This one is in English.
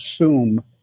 assume